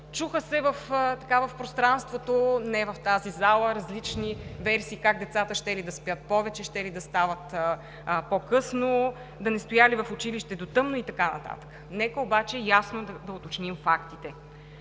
Чуха се в пространството, не в тази зала, различни версии как децата щели да спят повече, щели да стават по-късно, да не стояли в училище до тъмно, и така нататък. Нека обаче ясно да уточним фактите.